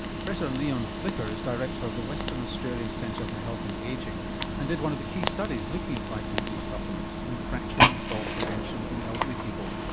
professor leon flicker is director of the western australian centre for health and ageing and did one of the key studies looking at vitamin d supplements and fracture and fall prevention in elderly people.